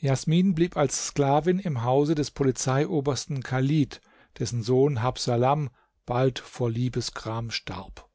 jasmin blieb als sklavin im hause des polizeiobersten chalid dessen sohn habsalam bald vor liebesgram starb